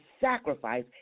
sacrifice